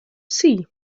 see